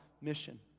mission